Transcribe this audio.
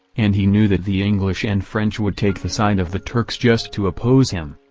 and he knew that the english and french would take the side of the turks just to oppose him.